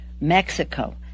Mexico